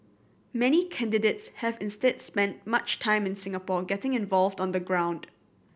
many candidates have instead spent much time in Singapore getting involved on the ground